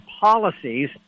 policies